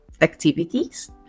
activities